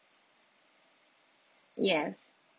yes